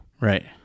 right